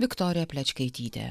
viktorija plečkaitytė